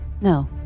no